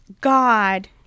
God